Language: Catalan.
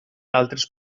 altres